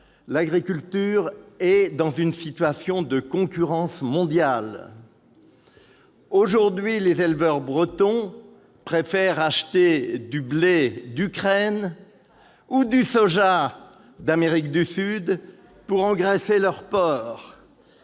l'agriculture est dans une situation de concurrence mondiale. Aujourd'hui, les éleveurs bretons préfèrent acheter du blé d'Ukraine ... C'est vrai !... ou du soja d'Amérique du Sud pour engraisser leurs porcs.